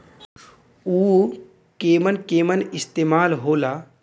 उव केमन केमन इस्तेमाल हो ला?